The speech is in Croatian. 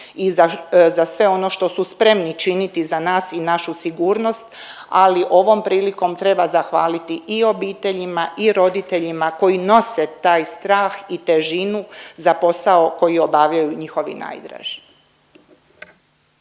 za sve ono što su spremni činiti za nas i našu sigurnost, ali ovom prilikom treba zahvaliti i obiteljima i roditeljima koji nose taj strah i težinu za posao koji obavljaju njihovi najdraži.